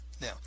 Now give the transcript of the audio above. Now